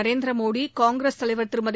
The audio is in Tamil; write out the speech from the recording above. நரேந்திர மோடி காங்கிரஸ் தலைவர் திருமதி